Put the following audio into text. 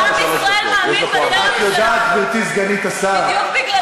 כי עם ישראל מאמין בדרך שלנו, בדיוק בגלל זה.